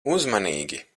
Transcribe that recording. uzmanīgi